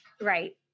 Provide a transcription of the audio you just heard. Right